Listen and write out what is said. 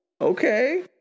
Okay